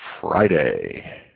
Friday